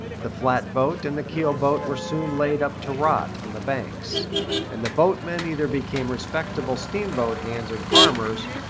the flatboat and the keel-boat were soon laid up to rot on the banks and the boatmen either became respectable steamboat hands and farmers,